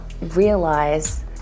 realize